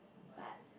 but